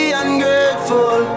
ungrateful